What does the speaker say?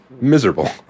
miserable